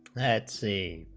that's a